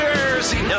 Jersey